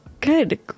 Good